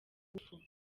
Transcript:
ngufu